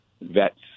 vets